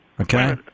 okay